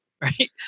right